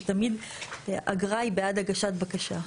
שתמיד אגרה היא בעד הגשת בקשה.